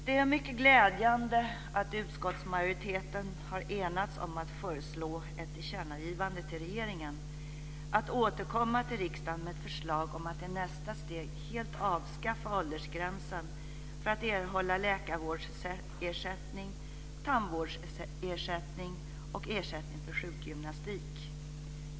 Det är mycket glädjande att utskottsmajoriteten har enats om att föreslå ett tillkännagivande till regeringen om att återkomma till riksdagen med ett förslag om att i nästa steg avskaffa åldersgränsen för att erhålla läkarvårdsersättning, tandvårdsersättning och ersättning för sjukgymnastik.